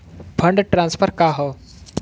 Fund transfer का हव?